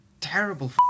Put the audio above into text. terrible